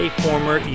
former